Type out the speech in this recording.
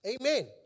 Amen